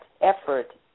effort